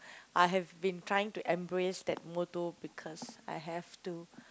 I have been trying to embrace that motto because I have to